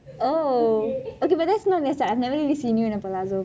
oh okay but that's not ~ I have never seen you in a palazzo